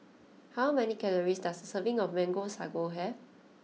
how many calories does a serving of Mango Sago have